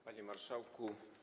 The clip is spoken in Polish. Panie Marszałku!